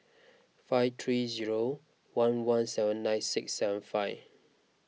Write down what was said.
five three zero one one seven nine six seven five